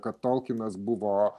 kad tolkinas buvo